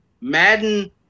Madden